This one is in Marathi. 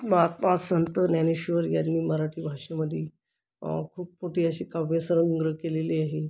महात्मा संत ज्ञानेश्वर यांनी मराठी भाषेमधील खूप मोठी अशी काव्यसंग्रह केलेली आहे